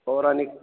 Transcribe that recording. पौराणिक